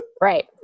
Right